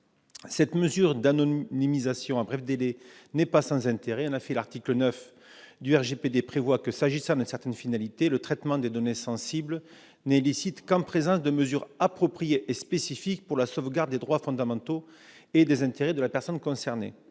cette mesure d'anonymisation à bref délai n'est pas sans intérêt. En effet, l'article 9 du RGPD prévoit que, s'agissant de certaines finalités, le traitement de données sensibles n'est licite qu'en présence de « mesures appropriées et spécifiques pour la sauvegarde des droits fondamentaux et des intérêts de la personne concernée